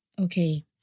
okay